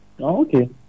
Okay